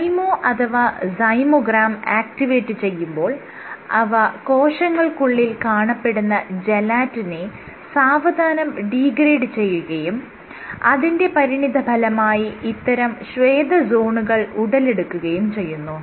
Simo അഥവാ zymogram activate ചെയ്യുമ്പോൾ അവ കോശങ്ങൾക്കുള്ളിൽ കാണപ്പെടുന്ന ജലാറ്റിനെ സാവധാനം ഡീഗ്രേഡ് ചെയ്യുകയും അതിന്റെ പരിണിതഫലമായി ഇത്തരം ശ്വേത സോണുകൾ ഉടലെടുക്കുകയും ചെയ്യുന്നു